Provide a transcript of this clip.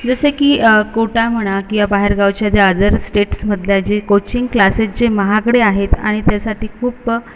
जशी की कोटा म्हणा किंवा बाहेरगावच्या ज्या ऑधर स्टेटसमधल्या जे कोचिंग क्लासेस जे महागडे आहेत आणि त्यासाठी खूप